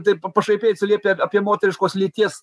tai pašaipiai atsiliepė apie moteriškos lyties